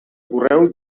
correu